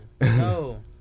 no